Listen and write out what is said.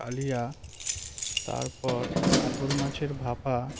কালিয়া তারপর কাতল মাছের ভাপা